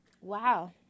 Wow